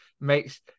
makes